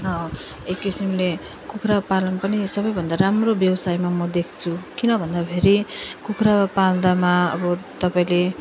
एक किसिमले कुखुरा पालन पनि सबभन्दा राम्रो व्यवसायमा म देख्छु किन भन्दाखेरि कुखुरा पाल्दामा अब तपाईँले